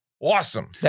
awesome